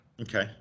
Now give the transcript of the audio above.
Okay